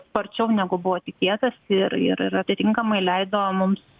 sparčiau negu buvo tikėtasi ir ir ir atitinkamai leido mums